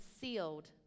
sealed